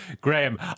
Graham